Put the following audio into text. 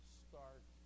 start